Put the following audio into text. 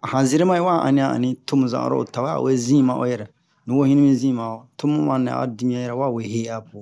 an zerema'i wa ani ani tomu zanro otawe awe zin wa'o yɛrɛ nuwo hini mi zin ma'o tomu manɛ a'o dimiyan yɛrɛ wawehe apo